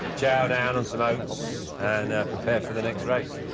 chow down on some oats and prepare for the next race